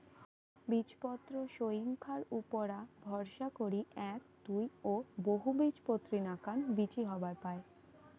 বীজপত্রর সইঙখার উপুরা ভরসা করি এ্যাক, দুই ও বহুবীজপত্রী নাকান বীচি হবার পায়